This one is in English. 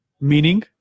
Meaning